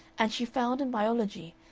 and she found in biology,